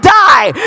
die